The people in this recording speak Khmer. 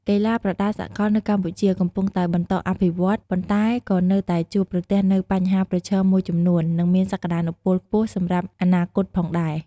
កីឡាប្រដាល់សកលនៅកម្ពុជាកំពុងតែបន្តអភិវឌ្ឍ ប៉ុន្តែក៏នៅតែជួបប្រទះនូវបញ្ហាប្រឈមមួយចំនួន និងមានសក្ដានុពលខ្ពស់សម្រាប់អនាគតផងដែរ។